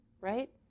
right